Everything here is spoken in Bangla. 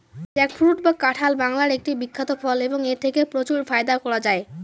জ্যাকফ্রুট বা কাঁঠাল বাংলার একটি বিখ্যাত ফল এবং এথেকে প্রচুর ফায়দা করা য়ায়